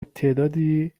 تعدادی